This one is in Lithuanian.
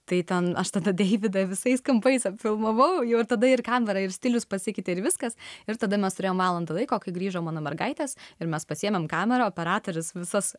tai ten aš tada deividą visais kampais filmavau jau ir tada ir kamerą ir stilius pasikeitė ir viskas ir tada mes turėjom valandą laiko kai grįžo mano mergaitės ir mes pasiėmėm kamerą operatorius visas